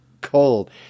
cold